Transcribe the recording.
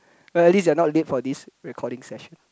at least you're not late for this recording session